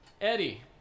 Eddie